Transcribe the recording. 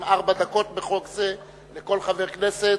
שהן ארבע דקות בחוק זה לכל חבר כנסת,